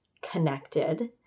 connected